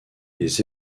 les